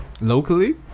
Locally